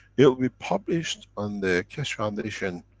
it'll be published on the keshe foundation